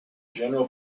general